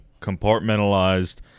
compartmentalized